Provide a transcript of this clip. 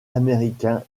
américain